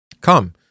Come